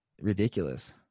ridiculous